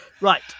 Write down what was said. Right